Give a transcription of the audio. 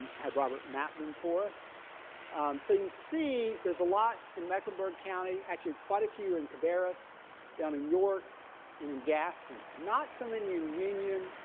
had robert. map them for us saying see there's a lot in mecklenburg county actually quite a few in cabarrus down in york and in gaston not so many in union,